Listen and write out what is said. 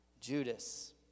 Judas